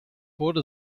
wurde